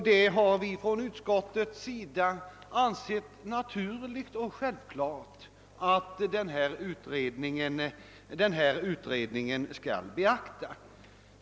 Det har vi inom utskottet ansett naturligt och självklart att utredningen skall beakta.